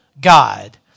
God